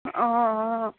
অঁ অঁ